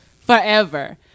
forever